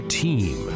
team